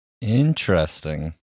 Interesting